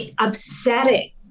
upsetting